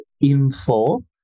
info